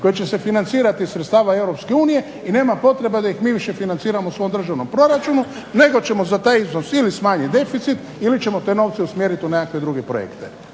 koji će se financirati iz sredstava EU i nema potrebe da ih mi više financiramo u svom državnom proračunu nego ćemo za taj iznos smanjiti deficit ili ćemo te novce usmjeriti u neke druge projekte.